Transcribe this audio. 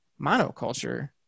monoculture